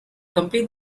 complete